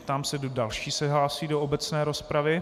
Ptám se, kdo další se hlásí do obecné rozpravy.